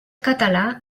català